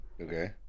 Okay